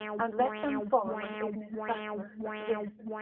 and let them follow an ignis fatuus that list.